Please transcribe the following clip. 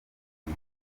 ibi